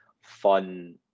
fun